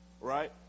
Right